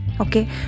Okay